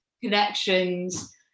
connections